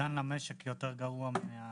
האובדן למשק יותר גרוע.